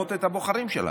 לרמות את הבוחרים שלנו.